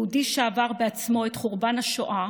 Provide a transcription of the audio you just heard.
יהודי שעבר בעצמו את חורבן השואה